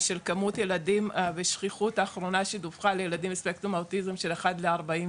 כמות ילדים בשליחות האחרונה שדווחה לילדים בספקטרום האוטיזם של 1:44,